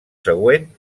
següent